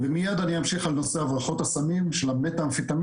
ומיד אני אמשיך על נושא הברחות הסמים של המתאמפטמין,